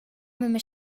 memia